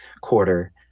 quarter